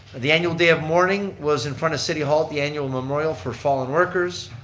the annual day of mourning was in front of city hall at the annual memorial for fallen workers.